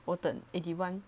我等 eighty one